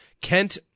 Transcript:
Kent